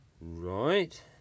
right